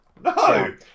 No